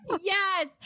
Yes